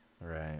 Right